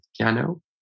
piano